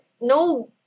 no